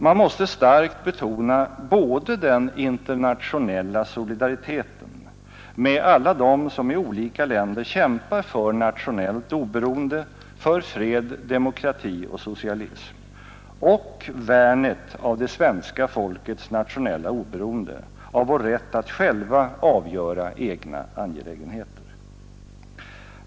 Man måste starkt betona både den internationella solidariteten med alla dem som i olika länder kämpar för nationellt oberoende, för fred, demokrati och socialism och värnet av det svenska folkets nationella oberoende, av vår rätt att själva avgöra egna angelägenheter.